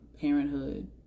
parenthood